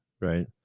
right